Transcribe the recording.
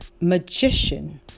magician